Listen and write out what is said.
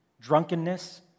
drunkenness